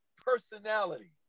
personality